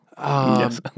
Yes